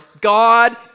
God